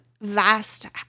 vast